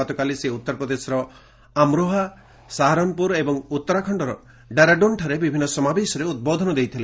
ଗତକାଲି ସେ ଉଉରପ୍ରଦେଶର ଆମ୍ରୋହା ସାହାରନ୍ପୁର ଏବଂ ଉତ୍ତରାଖଣ୍ଡର ଡେରାଡୁନ୍ଠାରେ ବିଭିନ୍ନ ଜନସମାବେଶରେ ଉଦ୍ବୋଧନ ଦେଇଥିଲେ